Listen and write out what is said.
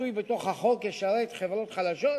אין שאלה שהמצוי בתוך החוק ישרת חברות חלשות,